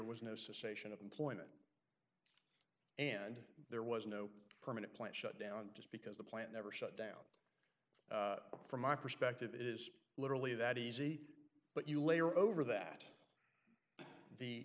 was no suspicion of employment and there was no permanent plant shutdown just because the plant never shut down from my perspective it is literally that easy but you layer over that the